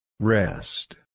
Rest